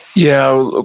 yeah.